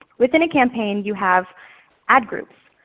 within a campaign you have ad groups.